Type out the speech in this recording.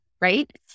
right